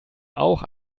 auch